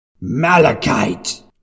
Malachite